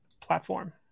platform